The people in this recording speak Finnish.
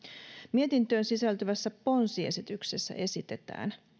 mietintöön sisältyvässä ponsiesityksessä esitetään